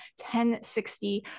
1060